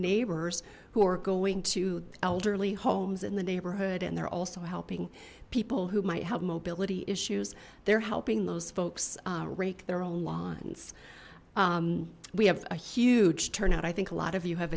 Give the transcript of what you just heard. neighbors who are going to elderly homes in the neighborhood and they're also helping people who might have mobility issues they're helping those folks rake their own lawns we have a huge turnout i think a lot of you have